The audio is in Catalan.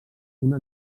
una